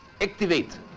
Activate